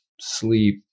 sleep